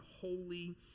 holy